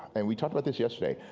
and we talked about this yesterday,